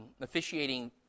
officiating